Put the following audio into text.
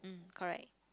correct